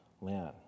land